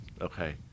Okay